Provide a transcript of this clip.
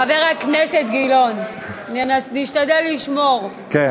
חבר הכנסת גילאון, נשתדל לשמור על כבוד הכנסת.